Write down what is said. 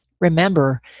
Remember